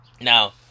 Now